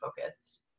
focused